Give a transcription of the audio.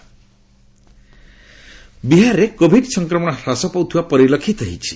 Bihar covid ବିହାରରେ covid ସଫକ୍ରମଣ ହ୍ରାସ ପାଉଥିବା ପରିଲକ୍ଷିତ ହୋଇଛି